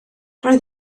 roedd